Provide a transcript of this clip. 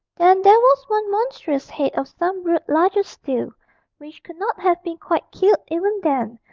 then there was one monstrous head of some brute larger still, which could not have been quite killed even then,